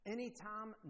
Anytime